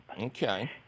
Okay